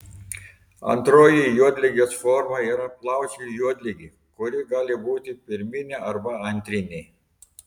antroji juodligės forma yra plaučių juodligė kuri gali būti pirminė arba antrinė